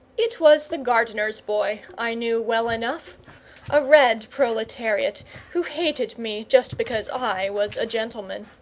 it was the gardener's boy, i knew well enough a red proletariat, who hated me just because i was a gentleman.